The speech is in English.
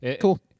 Cool